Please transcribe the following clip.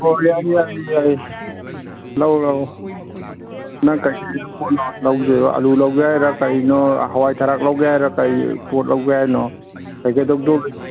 ꯑꯣ ꯌꯥꯏꯌꯦ ꯌꯥꯏꯌꯦ ꯌꯥꯏ ꯂꯧ ꯂꯧ ꯅꯪ ꯀꯩꯀꯩ ꯄꯣꯠꯅꯣ ꯂꯧꯗꯣꯏꯕ ꯑꯜꯂꯨ ꯂꯧꯒꯦ ꯍꯥꯏꯔ ꯀꯩꯅꯣ ꯍꯋꯥꯏ ꯊꯔꯥꯛ ꯂꯧꯒꯦ ꯍꯥꯏꯔ ꯀꯔꯤ ꯄꯣꯠ ꯂꯧꯒꯦ ꯍꯥꯏꯅꯣ